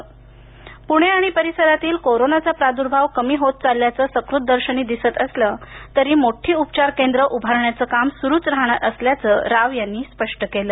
पूणे आणि परिसरातील कोरोनाचा प्राद्भाव कमी होत चालल्याचं सकृतदर्शनी दिसत असलं तरी मोठी उपचार केंद्र उभारण्याचं काम सुरूच राहणार असल्याचं राव यांनी स्पष्ट केलं